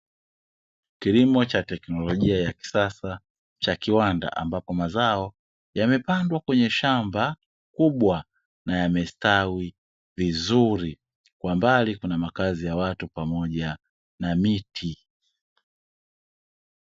Kilimo cha teknolojia ya kisasa cha kiwanda ambapo mazao yamepandwa kwenye shamba kubwa na yamestawi vizuri, kwa mbali kuna makazi ya watu pamoja na miti.